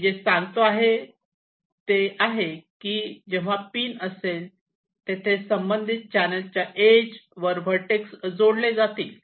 मी जे सांगतो आहे ते आहे की जेव्हा पिन असेल तेथे संबंधित चॅनेलच्या इज वर व्हर्टेक्स जोडली जातील